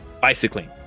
Bicycling